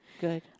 Good